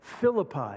Philippi